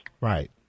Right